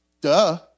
duh